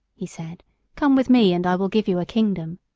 he said come with me and i will give you a kingdom.